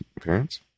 parents